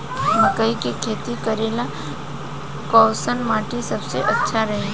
मकई के खेती करेला कैसन माटी सबसे अच्छा रही?